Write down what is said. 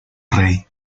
rey